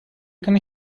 can